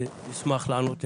נשמח לענות לשאלות.